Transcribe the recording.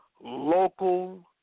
local